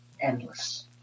endless